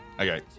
Okay